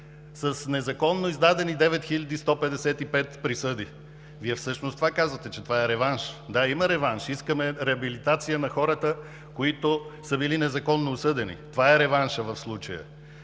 с незаконно издадени 9155 присъди? Вие всъщност казвате, че това е реванш. Да, има реванш. Искаме реабилитация на хората, които са били незаконно осъдени. Това е реваншът в случая.